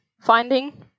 finding